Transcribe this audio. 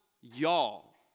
y'all